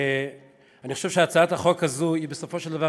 אני חושב שהצעת החוק הזאת בסופו של דבר